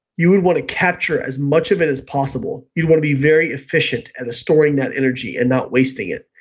you would want to capture as much of it as possible. you would want to be very efficient at storing that energy and not wasting it.